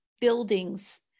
buildings